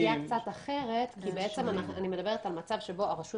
--- זו סוגיה קצת אחרת כי אני מדברת על מצב שבו הרשות